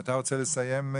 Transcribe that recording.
אתה רוצה לסיים?